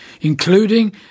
including